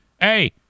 hey